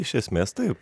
iš esmės taip